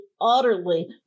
utterly